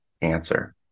answer